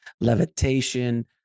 levitation